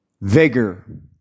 Vigor